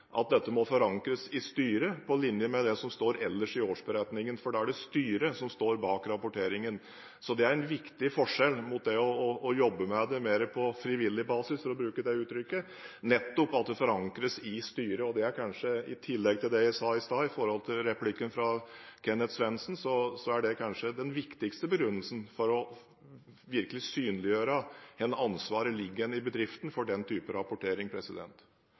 at dette må forankres i styret, på linje med det som ellers står i årsberetningen. For da er det styret som står bak rapporteringen. Det er en viktig forskjell mot det å jobbe med det mer på frivillig basis, for å bruke det uttrykket: nettopp at det forankres i styret. Det er, i tillegg til det jeg sa i stad i forbindelse med replikken fra Kenneth Svendsen, kanskje den viktigste begrunnelsen for virkelig å synliggjøre hvor ansvaret ligger i bedriften for den type rapportering.